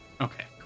Okay